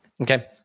Okay